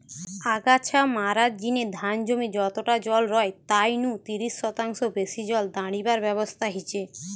আগাছা মারার জিনে ধান জমি যতটা জল রয় তাই নু তিরিশ শতাংশ বেশি জল দাড়িবার ব্যবস্থা হিচে